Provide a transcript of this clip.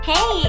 Hey